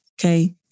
okay